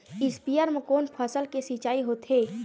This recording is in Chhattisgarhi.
स्पीयर म कोन फसल के सिंचाई होथे?